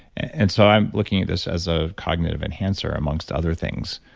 and so i'm looking at this as a cognitive enhancer amongst other things.